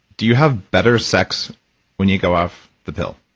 do you have better sex when you go off the pill?